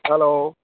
hello